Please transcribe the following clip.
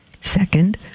Second